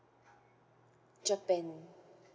japan